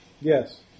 Yes